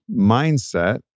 mindset